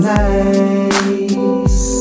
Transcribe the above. nice